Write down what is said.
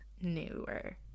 newer